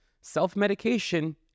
self-medication